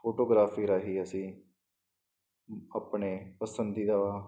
photography ਰਾਹੀਂ ਅਸੀਂ ਆਪਣੇ ਪਸੰਦੀਦਾ